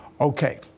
Okay